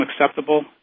acceptable